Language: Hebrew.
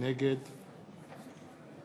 נגד